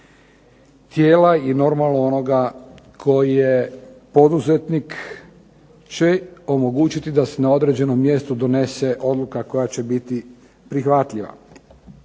tijela i normalno onoga tko je poduzetnik će omogućiti da se na određenom mjestu donese odluka koja će biti prihvatljiva.